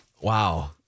Wow